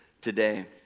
today